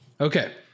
Okay